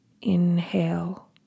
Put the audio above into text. Inhale